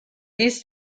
needs